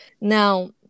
now